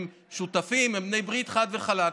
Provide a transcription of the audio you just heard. הם שותפים, הם בעלי ברית, חד וחלק.